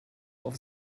auf